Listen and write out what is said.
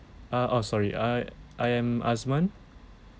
ah oh sorry I I am azman